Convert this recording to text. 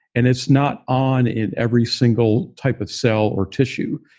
and it's not on in every single type of cell or tissue.